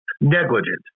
negligent